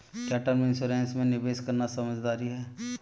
क्या term insurance में निवेश करना समझदारी है?